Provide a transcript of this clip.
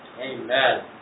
Amen